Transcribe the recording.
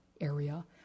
area